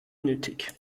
nötig